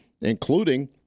including